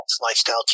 lifestyle